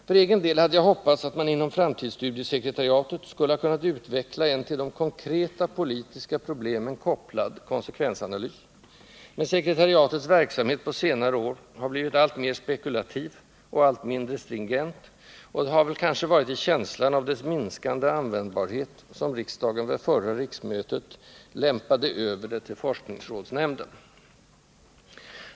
För egen del hade jag hoppats att man inom framtidsstudiesekretariatet skulle ha kunnat utveckla en till de konkreta politiska problemen kopplad konsekvensanalys, men sekretariatets verksamhet på senare år har blivit alltmera spekulativ och allt mindre stringent, och det har väl kanske varit i känslan av dess minskande användbarhet som riksdagen vid förra riksmötet lämpade över det till forskningsrådsnämnden.